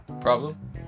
problem